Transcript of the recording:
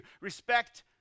respect